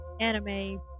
anime